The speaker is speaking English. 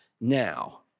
now